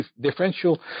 Differential